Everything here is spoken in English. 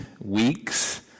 weeks